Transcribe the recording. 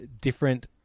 different